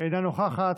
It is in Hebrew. אינה נוכחת,